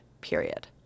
period